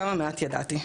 כמה מעט ידעתי.